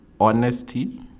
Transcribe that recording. Honesty